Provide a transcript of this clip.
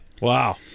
Wow